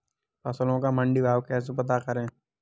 फसलों का मंडी भाव कैसे पता करें?